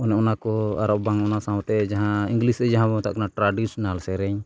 ᱚᱱᱮ ᱚᱱᱟᱠᱚ ᱟᱨᱚᱵᱟᱝ ᱚᱱᱟ ᱥᱟᱶᱛᱮ ᱡᱟᱦᱟᱸ ᱤᱝᱞᱤᱥᱛᱮ ᱡᱟᱦᱟᱵᱚᱱ ᱢᱮᱛᱟᱜ ᱠᱟᱱᱟ ᱴᱨᱟᱰᱤᱴᱤᱥᱚᱱᱟᱞ ᱥᱮᱨᱮᱧ